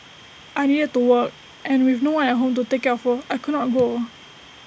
I needed to work and with no one at home to take care of her I could not go